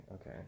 Okay